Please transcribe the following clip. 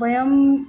वयं